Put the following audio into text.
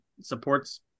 supports